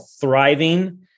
Thriving